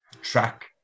track